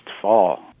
fall